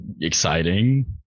exciting